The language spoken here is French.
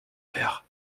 faire